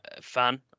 fan